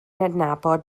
adnabod